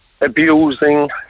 abusing